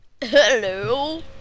Hello